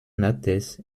marktes